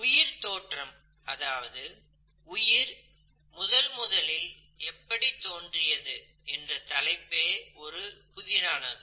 உயிர் தோற்றம் அதாவது உயிர் முதல் முதலில் எப்படி தோன்றியது என்ற தலைப்பே ஒரு புதிரானது